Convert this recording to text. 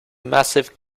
massive